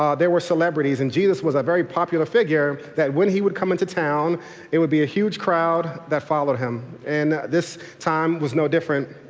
um there were celebrities and jesus was a very popular figure that when he would come into town it would be a huge crowd that followed him, and this time was no different.